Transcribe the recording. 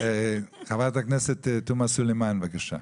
חברת הכנסת תומא סלימאן, בבקשה.